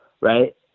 right